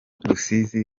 rusizi